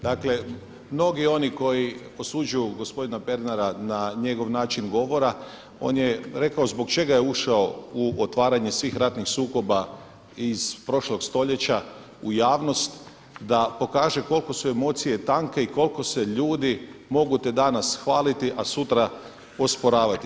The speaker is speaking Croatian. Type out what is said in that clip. Dakle, mnogi oni koji osuđuju gospodina Pernara na njegov način govora on je rekao zbog čega je ušao u otvaranje svih ratnih sukoba iz prošlog stoljeća u javnost, da pokaže koliko su emocije tanke i koliko se ljudi, mogu te danas hvaliti, a sutra osporavati.